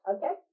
Okay